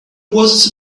was